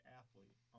athlete